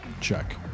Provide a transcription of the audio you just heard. check